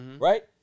right